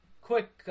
quick